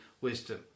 wisdom